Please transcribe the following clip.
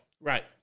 Right